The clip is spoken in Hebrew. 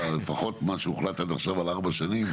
לפחות מה שהוחלט עכשיו על ארבע שנים,